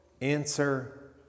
answer